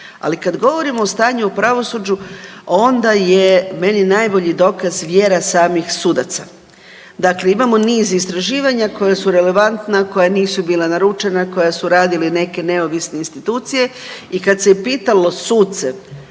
Ali kad govorimo o stanju u pravosuđu onda je meni najbolji dokaz vjera samih sudaca. Dakle, imamo niz istraživanja koja su relevantna, koja nisu bila naručena, koja su radile neke neovisne institucije i kad se je pitalo suce